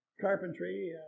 Carpentry